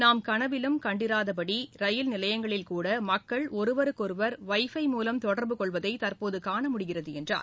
நாம் கனவிலும் கண்டிராதபடி ரயில் நிலையங்களில்கூட மக்கள் ஒருவருக்கொருவர் வை பை மூலம் தொடர்பு கொள்வதை தற்போது காண முடிகிறது என்றார்